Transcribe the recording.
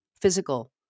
Physical